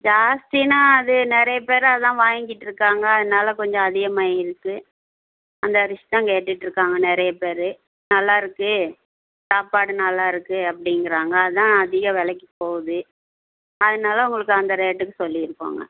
ஜாஸ்தினால் அது நிறைய பேர் அதுதான் வாங்கிகிட்ருக்காங்க அதனால் கொஞ்சம் அதிகமாகி இருக்குது அந்த அரிசி தான் கேட்டுகிட்ருக்காங்க நிறைய பேர் நல்லாயிருக்கு சாப்பாடு நல்லாயிருக்கு அப்படிங்கிறாங்க அதுதான் அதிக விலைக்கி போகுது அதனால் உங்களுக்கு அந்த ரேட்டுக்கு சொல்லியிருக்கோங்க